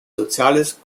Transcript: soziales